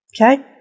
Okay